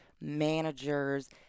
managers